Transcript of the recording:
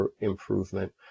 improvement